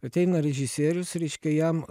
ateina režisierius reiškia jam